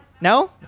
No